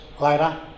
later